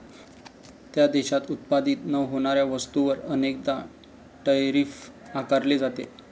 त्या देशात उत्पादित न होणाऱ्या वस्तूंवर अनेकदा टैरिफ आकारले जाते